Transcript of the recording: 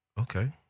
Okay